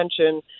attention